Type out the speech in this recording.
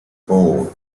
four